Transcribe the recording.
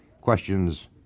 questions